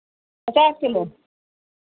पचास किलो